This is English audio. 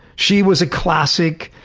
she was a classic